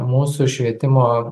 mūsų švietimo